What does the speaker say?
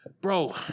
bro